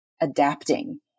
adapting